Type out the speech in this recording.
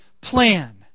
plan